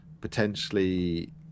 potentially